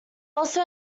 also